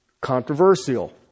controversial